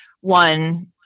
one